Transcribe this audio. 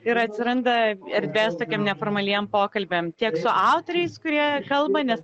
ir atsiranda erdvės tokiem neformaliem pokalbiam tiek su autoriais kurie kalba nes